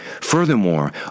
Furthermore